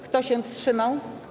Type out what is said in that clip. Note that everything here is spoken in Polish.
Kto się wstrzymał?